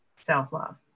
self-love